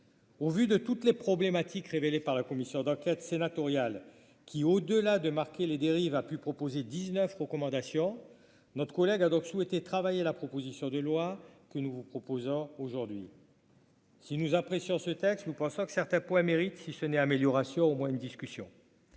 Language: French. Au vu de toutes les problématiques, révélées par la commission d'enquête sénatoriale qui, au delà de marquer les dérives a pu proposer 19 recommandations notre collègue a donc souhaité travailler la proposition de loi que nous vous proposons aujourd'hui. Si nous apprécions ce texte. Nous pensons que certains points méritent, si ce n'est amélioration au moins une discussion.